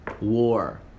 war